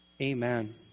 amen